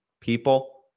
People